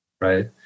Right